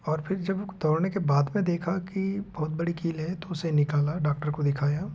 और फिर जब दौड़ने के बाद मैं देखा कि बहुत बड़ी कील है तो उसे निकाला डाक्टर को दिखाया